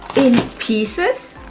in pieces